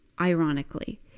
ironically